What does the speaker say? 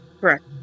Correct